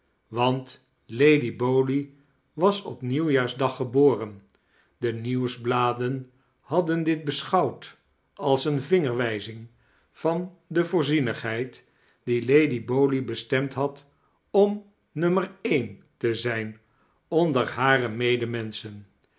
want lady bowley was op nieuwjaarsdag gebqren de nieuwsbladen hadden dit beschouwd als eene vingerwijzing van de voorzienigheid die lady bowley bestemd had om no een t zijn onder hare